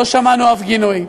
לא שמענו אף גינוי.